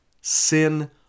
Sin